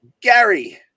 Gary